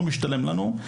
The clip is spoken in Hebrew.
לא משתלם לנו,